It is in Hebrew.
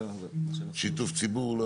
שיתוף ציבור.